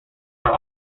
are